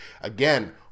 again